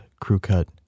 crew-cut